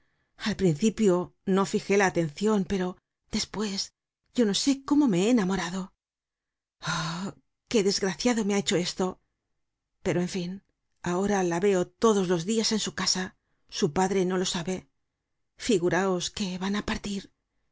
al principio no fijé la atencion pero despues yo no sé cómo me he enamorado oh qué desgraciado me ha hecho esto pero en fin ahora la veo todos los dias en su casa su padre no lo sabe figuraos que van á partir